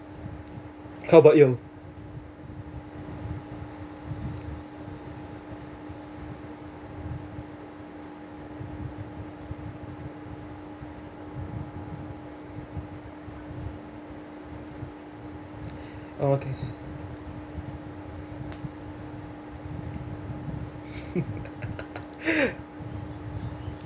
how about you oh okay